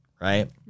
Right